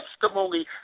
testimony